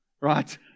Right